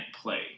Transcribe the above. play